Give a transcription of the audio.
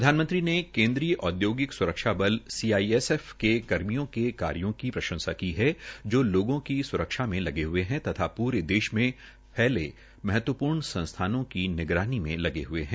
प्रधानमंत्री ने केन्द्रीय औद्योगिक स्रक्षा बल सीआईएसएफ कर्मियों के कार्यो की प्रंशसा की है जो लोगों की सुरक्षा में लगे है तथा प्रे देश में फैसले महत्वपूर्ण संसथानों की निगरानी में लगे हये है